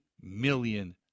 million